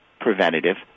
preventative